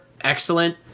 excellent